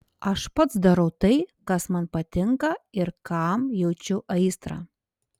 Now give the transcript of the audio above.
aš pats darau tai kas man patinka ir kam jaučiu aistrą